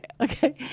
okay